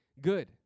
good